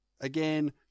again